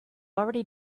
already